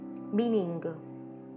Meaning